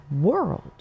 world